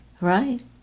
Right